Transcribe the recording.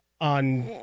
on